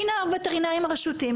הנה הווטרינרים הרשותיים,